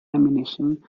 ammunition